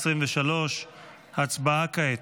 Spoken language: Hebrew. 2023. הצבעה כעת.